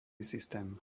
systém